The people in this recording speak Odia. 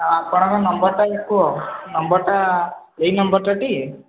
ଆଉ ଆପଣଙ୍କର ନମ୍ବରଟା କୁହ ନମ୍ବରଟା ଏହି ନମ୍ବରଟାଟି